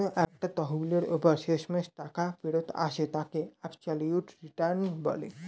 কোন একটা তহবিলের ওপর যে শেষমেষ টাকা ফেরত আসে তাকে অ্যাবসলিউট রিটার্ন বলে